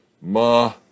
Ma